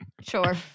Sure